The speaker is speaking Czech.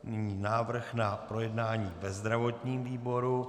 Nyní návrh na projednání ve zdravotním výboru.